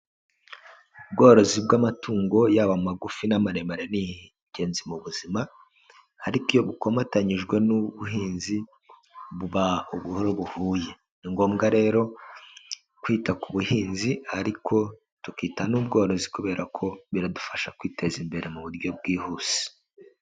Ubworozi bw'amatungo yaba amagufi n'amaremare ni ingenzi mu buzima ariko iyo bukomatanyijwe n'ubuhinzi buba uburo buhuye. Ni ngombwa rero kwita ku buhinzi ariko tukita n'ubworozi kubera ko biradufasha kwiteza imbere mu buryo bwihuse.